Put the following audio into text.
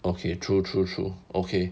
okay true true true okay